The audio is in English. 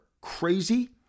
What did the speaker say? Crazy